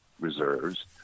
reserves